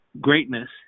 greatness